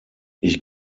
ich